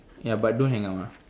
ya but don't hang up ah